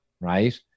right